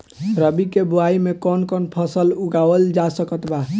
रबी के बोआई मे कौन कौन फसल उगावल जा सकत बा?